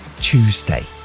Tuesday